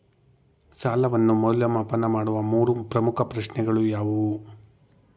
ಸಾಲವನ್ನು ಮೌಲ್ಯಮಾಪನ ಮಾಡುವ ಮೂರು ಪ್ರಮುಖ ಪ್ರಶ್ನೆಗಳು ಯಾವುವು?